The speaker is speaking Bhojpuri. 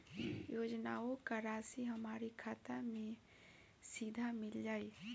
योजनाओं का राशि हमारी खाता मे सीधा मिल जाई?